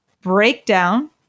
Breakdown